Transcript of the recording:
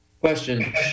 Question